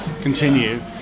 continue